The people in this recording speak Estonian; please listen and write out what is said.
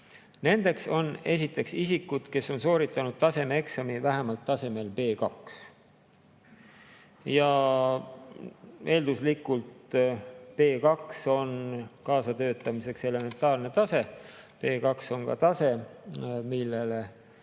Nendeks on esiteks isikud, kes on sooritanud keeleeksami vähemalt tasemel B2. Eelduslikult B2 on kaasa töötamiseks elementaarne tase. B2 on ka tase, millele